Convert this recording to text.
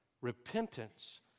Repentance